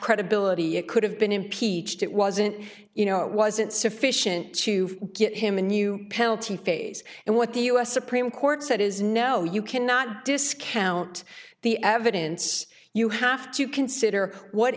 credibility it could have been impeached it wasn't you know it wasn't sufficient to get him a new penalty phase and what the u s supreme court said is no you cannot discount the evidence you have to consider what